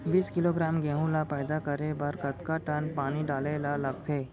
बीस किलोग्राम गेहूँ ल पैदा करे बर कतका टन पानी डाले ल लगथे?